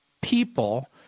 people